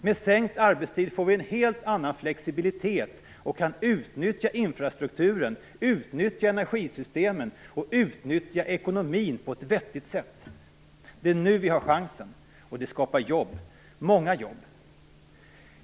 Med sänkt arbetstid får vi en helt annan flexibilitet och kan utnyttja infrastrukturen, energisystemen och ekonomin på ett vettigt sätt. Det är nu vi har chansen, och det skapar jobb, många jobb.